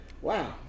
Wow